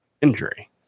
injury